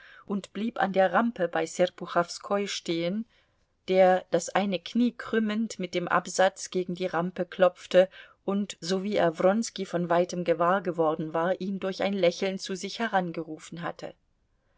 und blieb an der rampe bei serpuchowskoi stehen der das eine knie krümmend mit dem absatz gegen die rampe klopfte und sowie er wronski von weitem gewahr geworden war ihn durch ein lächeln zu sich herangerufen hatte